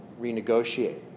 renegotiate